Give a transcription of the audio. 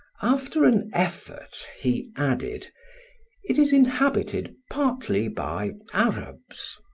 after an effort he added it is inhabited partly by arabs.